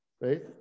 right